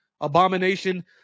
abomination